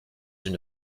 une